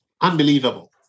Unbelievable